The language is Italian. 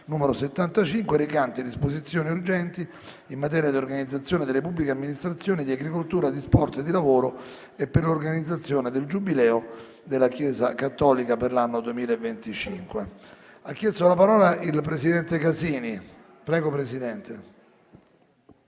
n. 75, recante disposizioni urgenti in materia di organizzazione delle pubbliche amministrazioni, di agricoltura, di sport, di lavoro e per l'organizzazione del Giubileo della Chiesa cattolica per l'anno 2025» (829). **Sulla grazia concessa all'ex presidente